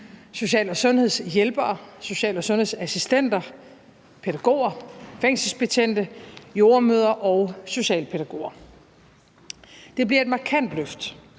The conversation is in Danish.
social- og sundhedsassistenter, pædagoger, fængselsbetjente, jordemødre og socialpædagoger. Det bliver et markant løft.